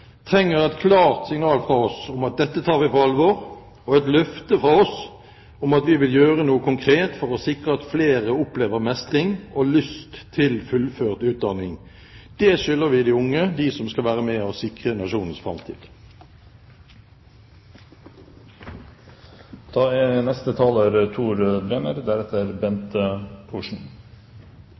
trenger et klart signal fra oss om at dette tar vi på alvor, og et løfte fra oss om at vi vil gjøre noe konkret for å sikre at flere opplever mestring og lyst til fullført utdanning. Det skylder vi de unge, de som skal være med og sikre